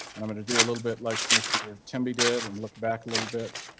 and i'm going to do a little bit like mr tim be dead and look back a little bit.